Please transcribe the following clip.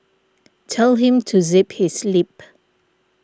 tell him to zip his lip